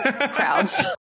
crowds